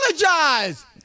apologize